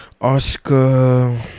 Oscar